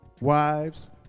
Wives